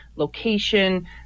location